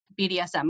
BDSM